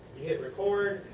you hit record.